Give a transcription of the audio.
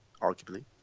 arguably